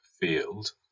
field